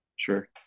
Sure